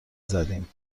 زدیم